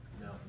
No